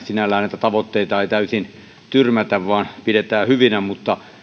sinällään näitä tavoitteita ei täysin tyrmätä vaan pidetään hyvinä mutta